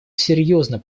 серьезно